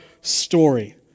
story